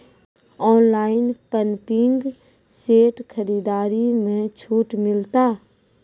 Online pumping set खरीदारी मे छूट मिलता?